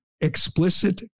Explicit